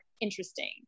interesting